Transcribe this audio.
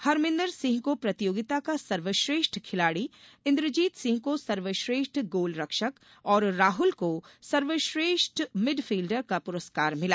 हरमिन्दर सिंह को प्रतियोगिता का सर्वश्रेष्ठ खिलाड़ी इंद्रजीत सिंह को सर्वश्रेष्ठ गोल रक्षक और राहुल को सर्वश्रेष्ठ मीडफिल्डर का पुरस्कार मिला